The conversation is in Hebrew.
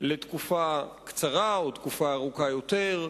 לתקופה קצרה או לתקופה ארוכה יותר,